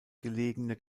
gelegene